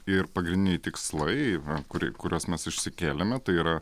ir pagrindiniai tikslai kuri kuriuos mes išsikėlėme tai yra